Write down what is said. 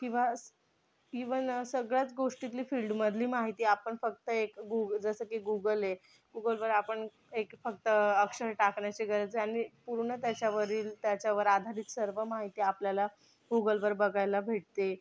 किंवा स इव्हन सगळ्याच गोष्टीतली फिल्डमधली माहिती आपण फक्त एक गुग जसं की गुगल आहे गुगलकडे आपण एक फक्त अक्षर टाकण्याची गरज आहे आणि पूर्ण त्याच्यावरील त्याच्यावर आधारित सर्व माहिती आपल्याला गुगलवर बघायला भेटते